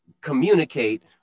communicate